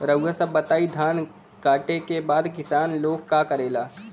रउआ सभ बताई धान कांटेके बाद किसान लोग का करेला?